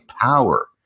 power